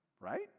right